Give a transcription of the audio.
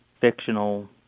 fictional